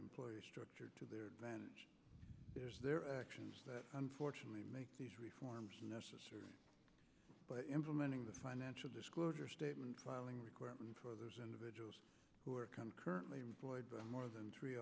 employer's structure to their advantage their actions that unfortunately make these reforms necessary but implementing the financial disclosure statement filing requirement for those individuals who are currently employed by more than three